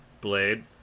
blade